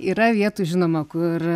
yra vietų žinoma kur